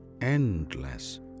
endless